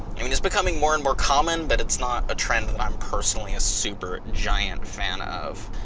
i mean it's becoming more and more common, but it's not a trend that i'm personally a super, giant fan of.